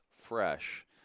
fresh